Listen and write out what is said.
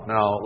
Now